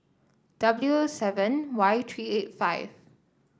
W seven Y three eight five